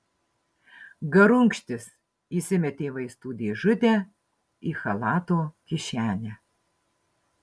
garunkštis įsimetė vaistų dėžutę į chalato kišenę